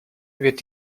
wird